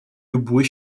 любой